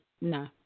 No